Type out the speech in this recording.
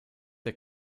der